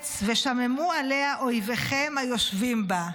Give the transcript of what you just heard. הארץ ושממו עליה אֹיביכם היֹשבים בה".